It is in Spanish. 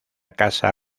casa